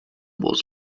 was